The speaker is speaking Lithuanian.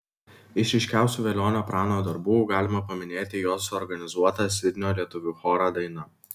iš ryškiausių velionio prano darbų galima paminėti jo suorganizuotą sidnio lietuvių chorą daina